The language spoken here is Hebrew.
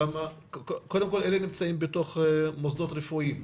אלה נמצאים בתוך מוסדות רפואיים,